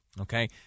Okay